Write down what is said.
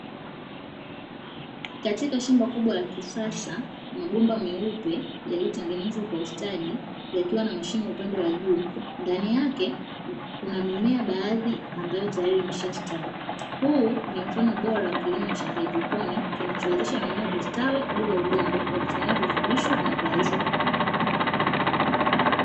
Katika shamba kubwa la kisasa mabomba meupe yaliyotengenezwa kwa ustadi yakiwa na mashimo upande wa juu, ndani yake kuna mimea baadhi ambayo tayari imestawi. Huu ni mfano bora wa kilimo cha haidroponi, kinachowezesha mimea kustawi bila udongo, kwa kutumia virutubisho vinavyoyeyushwa kwenye maji.